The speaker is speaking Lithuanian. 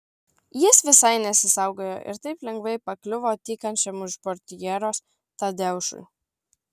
jis visai nesisaugojo ir taip lengvai pakliuvo tykančiam už portjeros tadeušui